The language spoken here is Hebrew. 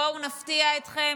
בואו נפתיע אתכם,